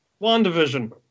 WandaVision